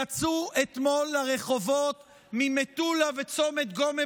יצאו אתמול לרחובות ממטולה וצומת גומא